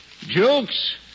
Jokes